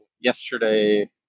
yesterday